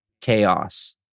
chaos